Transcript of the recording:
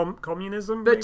communism